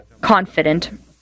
confident